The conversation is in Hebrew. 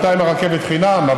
בינתיים הרכבת חינם,